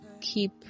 keep